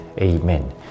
amen